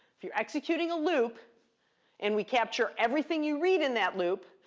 if you're executing a loop and we capture everything you read in that loop,